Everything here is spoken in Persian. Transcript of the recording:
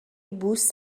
بوس